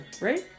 Right